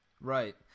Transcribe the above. Right